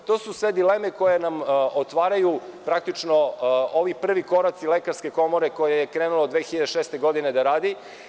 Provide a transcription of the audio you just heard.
To su sve dileme koje nam otvaraju praktično ovaj prvi korak Lekarske komore, koja je krenula 2006. godine da radi.